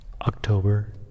October